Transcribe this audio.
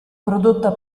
prodotta